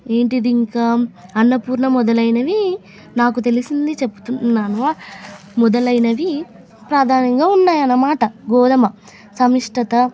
ఏది ఇంకా అన్నపూర్ణ మొదలైనవి నాకు తెలిసింది చెప్తున్నాను మొదలైనవి ప్రధానంగా ఉన్నాయి అన్నమాట గోధుమ సమిష్టత